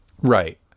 Right